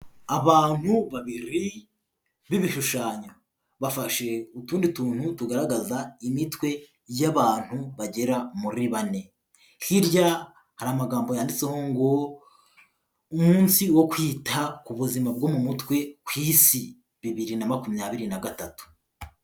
Abantu babiri b'ibishushanyo, bafashe utundi tuntu tugaragaza imitwe y'abantu bagera muri bane, hirya hari amagambo yanditseho ngo umunsi wo kwita ku buzima bwo mu mutwe ku Isi bibiri na makumyabiri n'agatatu.